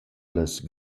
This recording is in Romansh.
las